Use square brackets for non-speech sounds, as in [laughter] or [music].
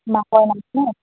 [unintelligible] ন